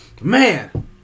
Man